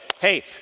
hey